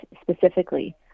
specifically